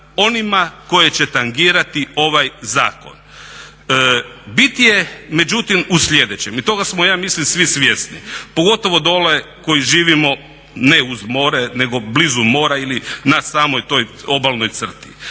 onima koje će tangirati ovaj zakon. Bit je međutim u sljedećem i toga smo ja mislim svi svjesni pogotovo dole koji živimo ne uz more nego blizu mora ili na samoj toj obalnoj crti.